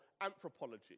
anthropology